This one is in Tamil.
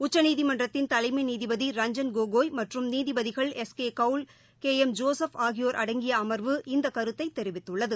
உச்சநீதிமன்றத்தின் தலைமை நீதிபதி ரஞ்சன் கோகோய் மற்றும் நீதிபதிகள் எஸ் கே கவுல் கே ளம் ஜோசுப் ஆகியோர் அடங்கிய அமர்வுஇந்த கருத்தை தெரிவித்துள்ளது